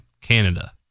Canada